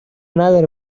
نداره